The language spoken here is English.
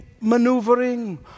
maneuvering